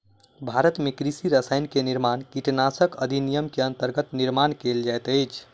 भारत में कृषि रसायन के निर्माण कीटनाशक अधिनियम के अंतर्गत निर्माण कएल जाइत अछि